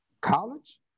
college